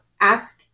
Ask